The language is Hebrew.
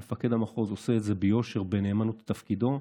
מפקד המחוז עושה את זה ביושר, בנאמנות לתפקידו,